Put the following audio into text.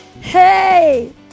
Hey